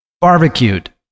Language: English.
Barbecued